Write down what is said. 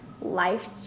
life